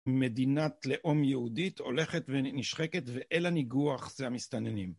מדינת לאום יהודית הולכת ונשחקת ואל הניגוח זה המסתננים.